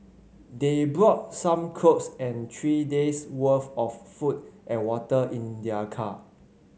they brought some clothes and three days worth of food and water in their car